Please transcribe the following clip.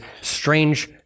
strange